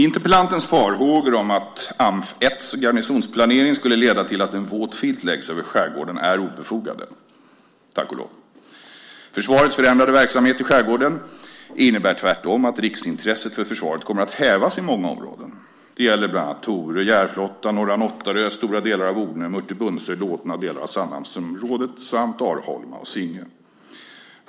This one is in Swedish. Interpellantens farhågor om att Amf 1:s garnisonsplanering skulle leda till att en våt filt läggs över skärgården är tack och lov obefogade. Försvarets förändrade verksamhet i skärgården innebär tvärtom att riksintresset för försvaret kommer att hävas i många områden. Det gäller bland annat Torö, Järflotta, norra Nåttarö, stora delar av Ornö, Mörtö-Bunsö, Lådna, delar av Sandhamnsområdet samt Arholma och Singö.